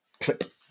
clip